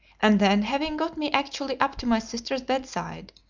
and then having got me actually up to my sister's bedside,